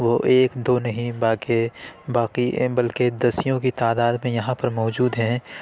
وہ ایک دو نہیں بلکہ باقی بلکہ دسیوں کی تعداد میں یہاں پر موجود ہیں